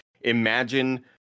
Imagine